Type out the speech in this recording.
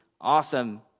awesome